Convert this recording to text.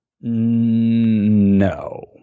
No